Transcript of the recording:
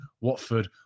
Watford